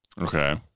Okay